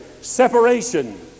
separation